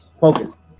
Focus